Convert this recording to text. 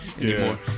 anymore